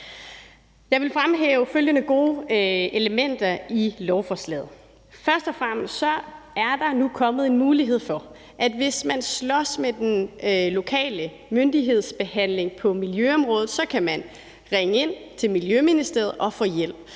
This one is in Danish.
Jeg vil fremhæve følgende gode elementer i lovforslaget. Først og fremmest er der nu kommet en mulighed for, at hvis man slås med den lokale myndighedsbehandling på miljøområdet, kan man ringe ind til Miljøministeriet og få hjælp.